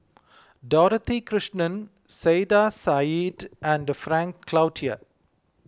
Dorothy Krishnan Saiedah Said and Frank Cloutier